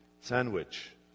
Sandwich